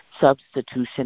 substitution